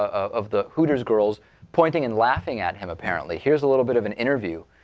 of the hooters girls pointing and laughing at him apparently here's a little bit of an interview